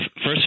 first